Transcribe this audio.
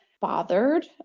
bothered